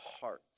heart